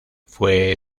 fue